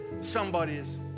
somebody's